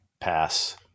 Pass